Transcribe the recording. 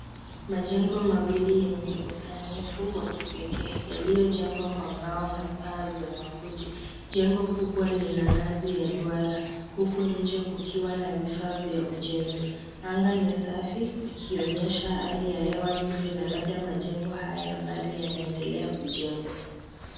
Majengo mawili yenye usanifu wa kipekee yaliyojengwa kwa mbao na paa za makuti. Jengo kubwa lina ngazi ya duara huku nje kukiwa na vifaa vya ujenzi. Anga ni safi ikionyesha hali ya hewa nzuri na labda majengo haya bado yanaendelea kujengwa.